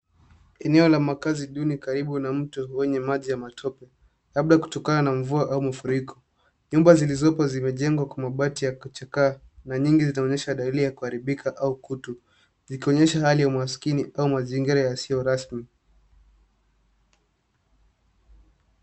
Eneo la makazi duni karibu na mto wenye maji ya matope, labda kutokana na mvua au mafuriko. Nyumba zilizoko zimejengwa kwa mabati ya kuchakaa, na nyingi zinaonyesha dalili ya kuharibika au kutu, zikionyesha hali ya umaskini, au mazingira yasio rasmi.